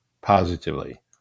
positively